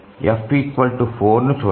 F 4 ను చూద్దాం